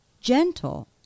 gentle